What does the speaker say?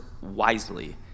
wisely